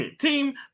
team